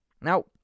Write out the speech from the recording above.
Now